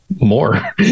more